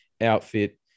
outfit